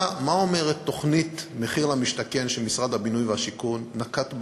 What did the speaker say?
מה אומרת תוכנית מחיר למשתכן שמשרד הבינוי והשיכון נקט,